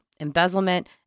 embezzlement